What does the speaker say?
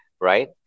right